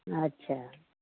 अच्छा